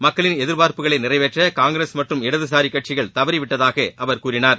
மக்களின் எதிர்பார்ப்புகளை நிறைவேற்ற காங்கிரஸ் மற்றும் இடதுசாரி கட்சிகள் தவறிவிட்டதாக அவர் கூறினார்